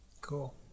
Cool